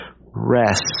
rest